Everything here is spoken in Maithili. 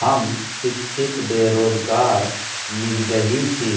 हम शिक्षित बेरोजगार निजगही छी,